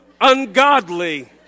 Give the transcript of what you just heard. ungodly